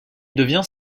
devient